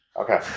Okay